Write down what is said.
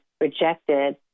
rejected